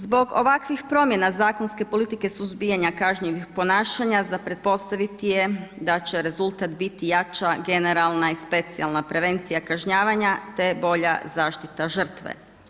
Zbog ovakvih promjena zakonske politike suzbijanja kažnjivih ponašanja za pretpostaviti je da će rezultat biti jača generalna i specijalna prevencija kažnjavanja te bolja zaštita žrtve.